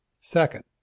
Second